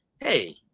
hey